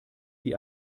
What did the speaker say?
wie